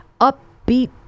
upbeat